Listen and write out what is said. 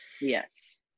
Yes